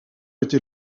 était